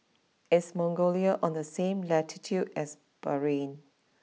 is Mongolia on the same latitude as Bahrain